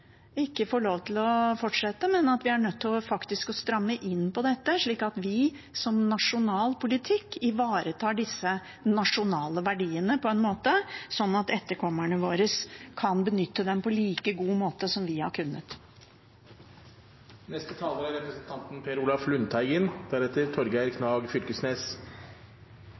ikke får lov til å fortsette, og at vi faktisk blir nødt til å stramme inn på dette, slik at vi, gjennom nasjonal politikk, ivaretar disse nasjonale verdiene på en måte som gjør at etterkommerne våre kan benytte dem på en like god måte som vi har gjort. Dette er